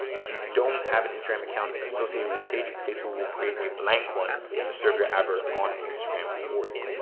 if you don't have an instagram account associated with your page, facebook will create a blank one to serve your advert on instagram for you.